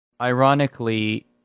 Ironically